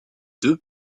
deux